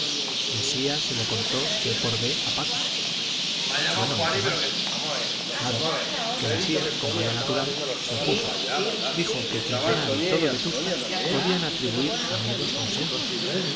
mesía se lo contó ce por be a paco bueno y qué más nada que mesía como era natural se opuso dijo que quintanar y todo vetusta podían atribuir a miedo su ausencia